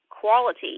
quality